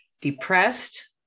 depressed